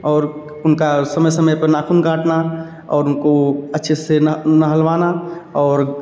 और उनका समय समय पर नाखून काटना और उनको अच्छे से नह नहलवाना और